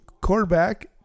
quarterback